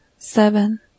Seven